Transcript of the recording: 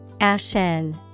Ashen